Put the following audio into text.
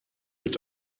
mit